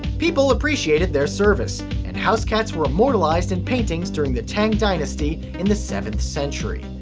people appreciated their service, and house cats were immortalized in paintings during the tang dynasty in the seventh century.